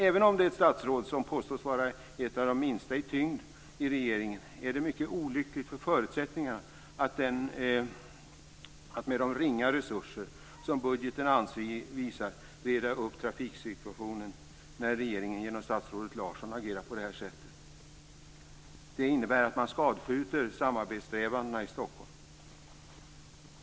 Även om det är ett statsråd som påstås vara ett av de minsta i tyngd i regeringen, är det mycket olyckligt för förutsättningarna att med de ringa resurser som budgeten anvisar reda upp trafiksituationen när regeringen genom statsrådet Larsson agerar på detta sätt. Det innebär att man skadskjuter samarbetssträvandena i Stockholm.